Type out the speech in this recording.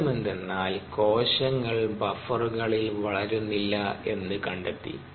അത്ഭുതമെന്തെന്നാൽ കോശങ്ങൾ ബഫറുകളിൽ വളരുന്നില്ല എന്നു കണ്ടെത്തി